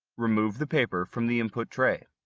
remove the paper from the input tray.